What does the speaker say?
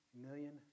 million